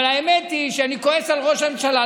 אבל האמת היא שאני כועס על ראש הממשלה,